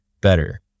better